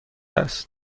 است